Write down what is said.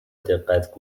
دقت